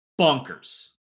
bonkers